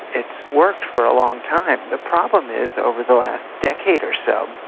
it's worked for a long time. the problem is over the last decade or so,